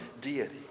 deity